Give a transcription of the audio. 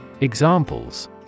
Examples